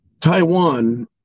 Taiwan